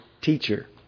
teacher